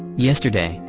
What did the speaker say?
yesterday,